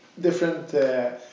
different